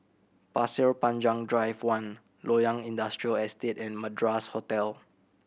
Pasir Panjang Drive One Loyang Industrial Estate and Madras Hotel